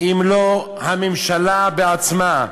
אם לא הממשלה בעצמה,